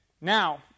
Now